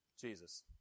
Jesus